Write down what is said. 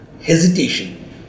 hesitation